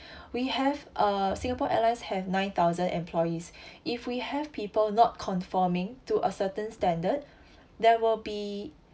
we have uh Singapore Airlines have nine thousand employees if we have people not conforming to a certain standard there will be